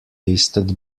listed